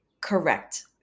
Correct